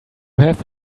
have